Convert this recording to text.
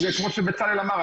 כמו שבצלאל אמר,